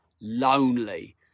lonely